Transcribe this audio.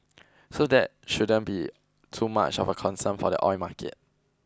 so that shouldn't be too much of a concern for the oil market